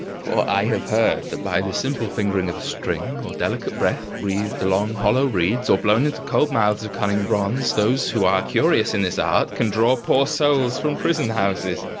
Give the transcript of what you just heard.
for i have heard that by the simple fingering of a string, or delicate breath breathed along hollowed reeds, or blown into cold mouths of cunning bronze, those who are curious in this art can draw poor souls from prison-houses.